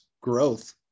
growth